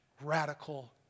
radical